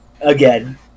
Again